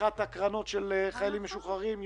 פתיחת הקרנות של חיילים משוחררים.